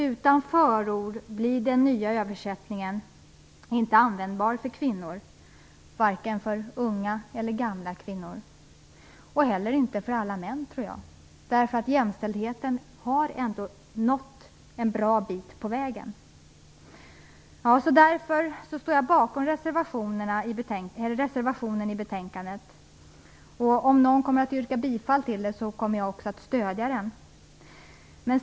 Utan förord blir den nya översättningen inte användbar för kvinnor - vare sig för unga eller gamla kvinnor, och heller inte för alla män. Jämställdheten har ändå nått en bra bit på vägen. Jag står därför bakom reservationen till betänkandet. Om någon kommer att yrka bifall till den kommer jag också att stödja den.